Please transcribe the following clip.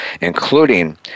including